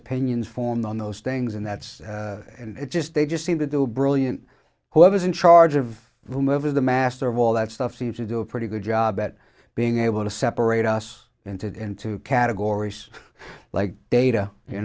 opinions formed on those things and that's it just they just seem to do brilliant whoever's in charge of whomever the master of all that stuff seems to do a pretty good job at being able to separate us into into categories like data you